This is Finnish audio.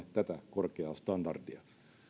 korkeaa standardia